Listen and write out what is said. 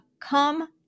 come